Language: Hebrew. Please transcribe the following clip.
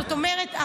זאת אומרת,